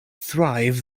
thrive